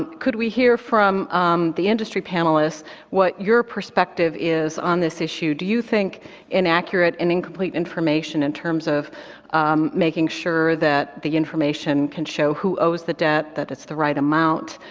could we hear from um the industry panelists what your perspective is on this issue? do you think inaccurate and incomplete information in terms of making sure that the information can show who owes the debt, that it's the right amount,